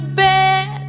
bed